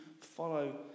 follow